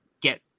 get